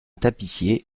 tapissier